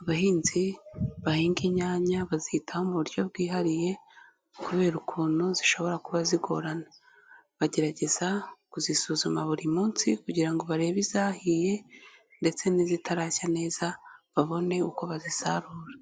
abahinzi bahinga inyanya bazitaho mu buryo bwihariye kubera ukuntu zishobora kuba zigorana, bagerageza kuzisuzuma buri munsi kugira ngo barebe izahiye ndetse n'izitarashya neza babone uko bazisarura.